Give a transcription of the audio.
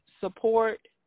support